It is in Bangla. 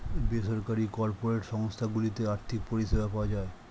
বেসরকারি কর্পোরেট সংস্থা গুলোতে আর্থিক পরিষেবা পাওয়া যায়